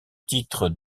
titre